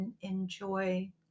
enjoy